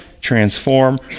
transform